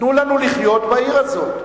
חבר'ה, תנו לנו לחיות בעיר הזאת.